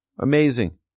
Amazing